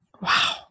Wow